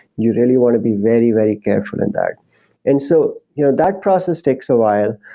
you really want to be very, very careful in that and so you know that process takes a while.